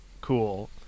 cool